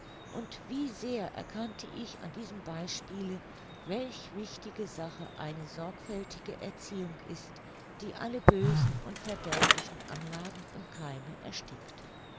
und wie sehr erkannte ich an diesem beispiele welch wichtige sache eine sorgfältige erziehung ist die alle bösen und verderblichen anlagen im keime erstickt